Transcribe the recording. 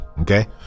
Okay